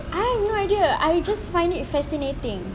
I have no idea I just find it fascinating